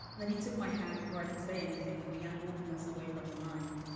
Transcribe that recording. then he took my hand before i could say anything and began walking us away from the line.